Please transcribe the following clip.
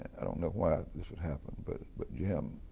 i don't know why this has happened, but but jim